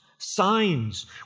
signs